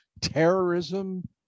Terrorism